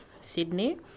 Sydney